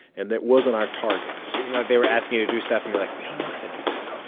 and that wasn't our target you know they were asking to do stuff. and you were like, we don't know how to do that no,